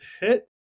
hit